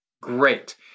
Great